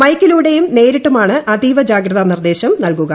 മൈക്കിലൂടെയും നേരിട്ടുമാണ് അതീവ ജാഗ്രതാ നിർദ്ദേശം നൽകുക